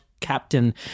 captain